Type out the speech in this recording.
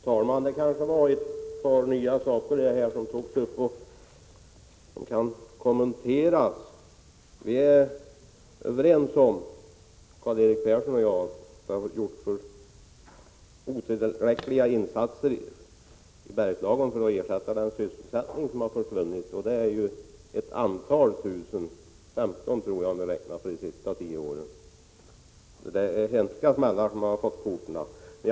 Herr talman! Det var ett par nya saker som togs upp här som kan kommenteras. Karl-Erik Persson och jag är överens om att de insatser som gjorts för att ersätta den sysselsättning som försvunnit i Bergslagen är otillräckliga. Det rör sig om flera tusen arbeten — närmare 15 000 tror jag, om man räknar på de senaste tio åren. Man har fått hemska smällar på orterna i Bergslagen.